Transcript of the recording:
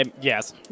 Yes